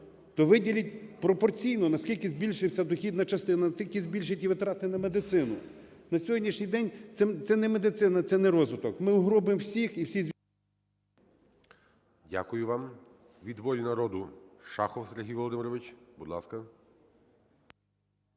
то виділіть пропорційно: наскільки збільшиться дохідна частина, настільки збільшіть і витрати на медицину. На сьогоднішній день це не медицина, це не розвиток. Ми угробимо всіх і … ГОЛОВУЮЧИЙ. Дякую вам. Від "Волі народу" Шахов Сергій Володимирович, будь ласка.